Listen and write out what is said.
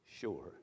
sure